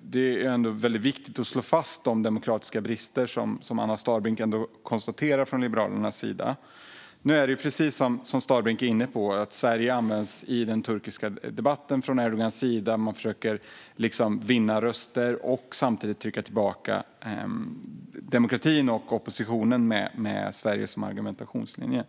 Det är ändå väldigt viktigt att slå fast de demokratiska brister som Anna Starbrink ändå konstaterar från Liberalernas sida. Nu är det precis som Anna Starbrink är inne på, alltså att Sverige används i den turkiska debatten från Erdogans sida. Man försöker vinna röster och samtidigt trycka tillbaka demokratin och oppositionen med Sverige som argumentationslinje.